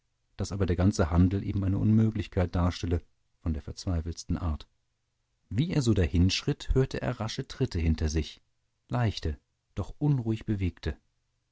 daß aber der ganze handel eben eine unmöglichkeit darstelle von der verzweifeltsten art wie er so dahinschritt hörte er rasche tritte hinter sich leichte doch unruhig bewegte